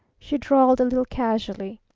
she drawled a little casually.